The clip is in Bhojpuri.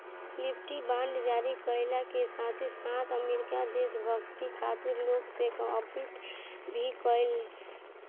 लिबर्टी बांड जारी कईला के साथे साथे अमेरिका देशभक्ति खातिर लोग से अपील भी कईलस